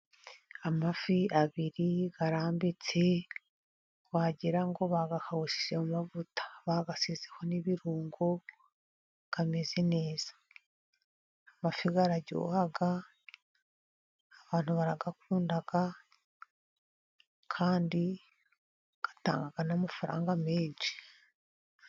Amafi abiri barambitse wagirango ngo bayakawushije mu mavuta, bayasizeho ibirungo bameze neza, amafi araryoha abantu barayakunda kandi atanga n'amafaranga menshi.